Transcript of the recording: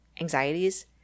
anxieties